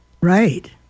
Right